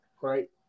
right